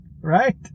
right